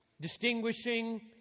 distinguishing